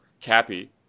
cappy